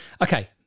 Okay